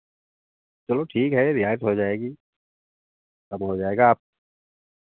चलो ठीक है रियायत हो जाएगी सब हो जाएगा आप